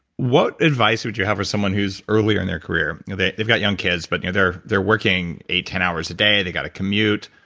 what advice would you have for someone who's early in their career. you know they've got young kids but they're they're working eight, ten hours a day, they've got a commute.